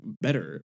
better